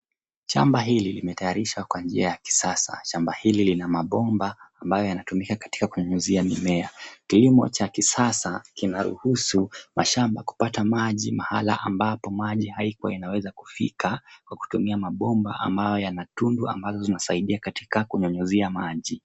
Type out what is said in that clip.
Shamba hili limetayarishwa kwa njia ya kisasa. Shamba hili lina mabomba ambayo yanatumika katika kunyunyizia mimea. KIlimo cha kisasa kinaruhusu mashamba kupata maji mahala ambapo maji haikua inaweza kufika kwa kutumia mabomba ambayo yana tundu ambazo zinasaidia katika kunyunyizia maji.